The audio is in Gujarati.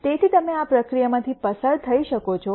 તેથી તમે આ પ્રક્રિયામાંથી પસાર થઈ શકો છો